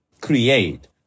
create